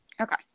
Okay